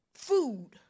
food